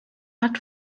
art